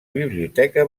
biblioteca